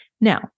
Now